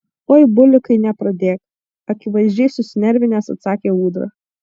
oi bulikai nepradėk akivaizdžiai susinervinęs atsakė ūdra